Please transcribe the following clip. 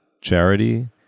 charity